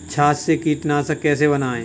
छाछ से कीटनाशक कैसे बनाएँ?